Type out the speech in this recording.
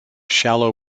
shallow